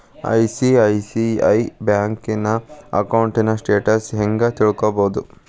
ICICI ಬ್ಯಂಕಿನ ಅಕೌಂಟಿನ್ status ಹೆಂಗ್ ತಿಳ್ಕೊಬೊದು?